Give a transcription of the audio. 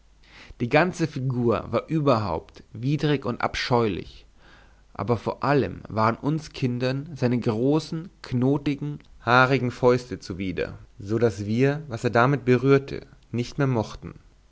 die ganze figur war überhaupt widrig und abscheulich aber vor allem waren uns kindern seine großen knotigten haarigten fäuste zuwider so daß wir was er damit berührte nicht mehr mochten